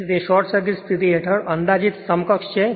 તેથી તે short circuit સ્થિતિ હેઠળ અંદાજીત સમકક્ષ છે